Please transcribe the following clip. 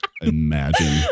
Imagine